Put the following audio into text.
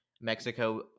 Mexico